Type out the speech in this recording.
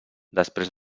després